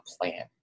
plan